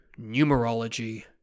numerology